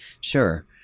sure